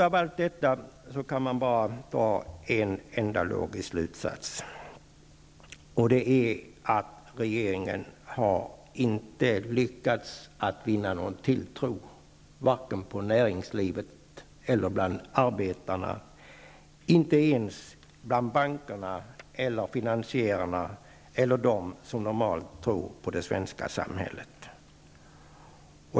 Av allt detta kan man dra bara en enda logisk slutsats, och det är att regeringen inte har lyckats att vinna någon tilltro, varken från näringslivet eller bland arbetarna -- inte ens bland bankerna eller de övriga finansiärerna eller bland dem som normalt tror på det svenska samhället.